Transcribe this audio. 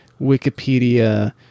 wikipedia